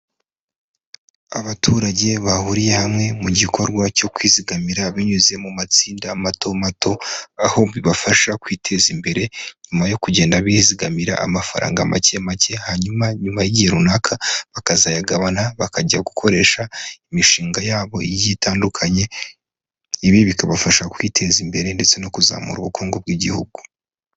Abaturage bahuriye hamwe mu gikorwa cyo kwizigamira binyuze mu matsinda mato mato, aho bibafasha kwiteza imbere, nyuma yo kugenda bizigamira amafaranga make make, hanyuma nyuma y'igihe runaka bakazayagabana bakajya gukoresha imishinga yabo igiye itandukanye, ibi bikabafasha kwiteza imbere ndetse no kuzamura ubukungu bw'Igihugu.